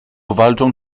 walczą